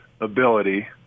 ability